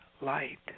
light